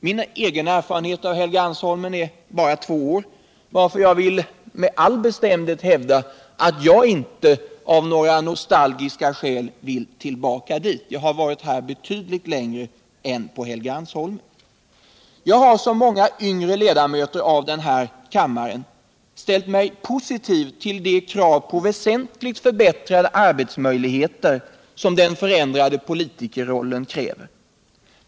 Min egen erfarenhet av Helgeandsholmen omfattar bara två år, varför jag med all bestämdhet vill hävda att jag inte av några nostalgiska skäl vill tillbaka dit. Jag har varit här betydligt längre än på Helgeandsholmen. Jag har som många andra yngre ledamöter av den här kammaren ställt mig positiv till de krav på väsentligt förbättrade arbetsmöjligheter som den förändrade politikerrollen ställer.